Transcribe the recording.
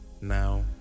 Now